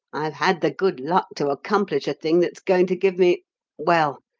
i've had the good luck to accomplish a thing that's going to give me well,